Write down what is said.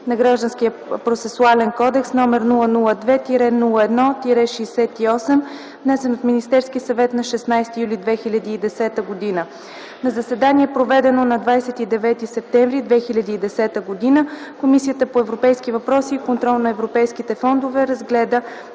на Гражданския процесуален кодекс, № 002-01-68, внесен от Министерския съвет на 16 юли 2010 г. На заседанието, проведено на 29 септември 2010 г., Комисията по европейските въпроси и контрол на европейските фондове разгледа